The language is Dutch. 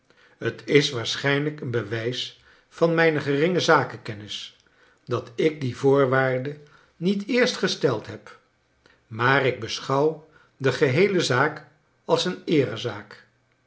t is waarschijnlijk een bewijs van mijne geringe zakenkennis dat ik die voorwaarde niet eerst gesteld rieb maar ik beschouw de geheele zaak als een eerezaak